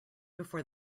before